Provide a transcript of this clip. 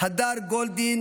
הדר גולדין